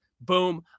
boom